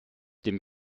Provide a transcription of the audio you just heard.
dem